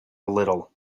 little